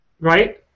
Right